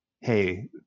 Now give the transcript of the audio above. hey